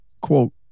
quote